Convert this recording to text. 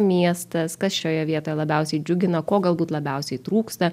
miestas kas šioje vietoje labiausiai džiugina ko galbūt labiausiai trūksta